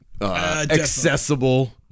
accessible